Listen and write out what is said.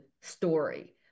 story